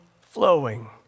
flowing